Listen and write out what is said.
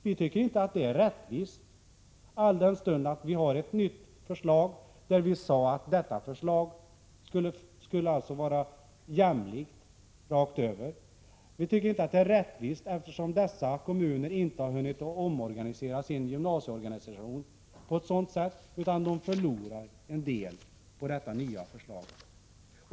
Vi tycker inte att det är rättvist, alldenstund det är fråga om ett nytt förslag som skulle vara jämlikt rakt över. Vi tycker inte att det är rättvist, eftersom dessa kommuner inte har hunnit omorganisera sin gymnasieorganisation utan förlorar en del på detta nya förslag.